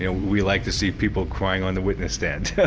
ah we like to see people crying on the witness stand.